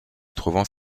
trouvant